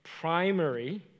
primary